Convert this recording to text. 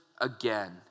again